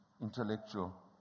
intellectual